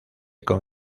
con